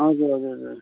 हजुर हजुर हजुर